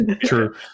true